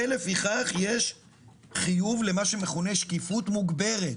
לפיכך יש חיוב למה שמכונה שקיפות מוגברת.